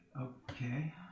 Okay